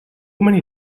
many